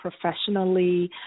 professionally